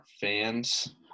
fans